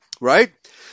right